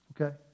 Okay